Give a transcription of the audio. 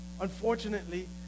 Unfortunately